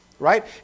right